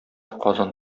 казан